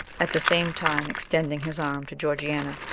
at the same time extending his arm to georgiana.